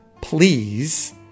Please